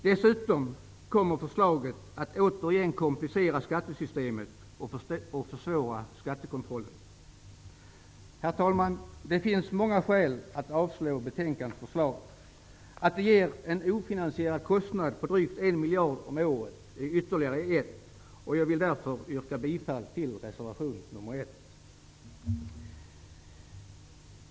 Dessutom kommer förslaget att återigen komplicera skattesystemet och försvåra skattekontrollen. Herr talman! Det finns många skäl att avslå betänkandets förslag. Att det ger en ofinansierad kostnad på drygt en miljard om året är ytterligare ett. Jag vill därför yrka bifall till reservation 1.